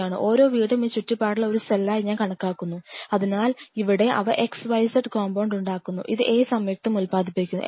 ഓരോ വീടും ഈ ചുറ്റുപാടിലെ ഒരു സെല്ലായി ഞാൻ കണക്കാക്കുന്നു അതിനാൽ ഇവിടെ അവ XYZ കോമ്പൌണ്ട് ഉണ്ടാക്കുന്നു ഇത് A സംയുക്തം ഉത്പാദിപ്പിക്കുന്നു